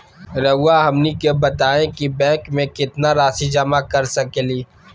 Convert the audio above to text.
रहुआ हमनी के बताएं कि बैंक में कितना रासि जमा कर सके ली?